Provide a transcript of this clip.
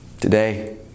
Today